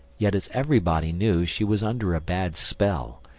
yet as everybody knew she was under a bad spell,